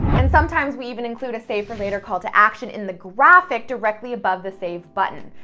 and sometimes we even include a save for later call to action in the graphic directly above the save button.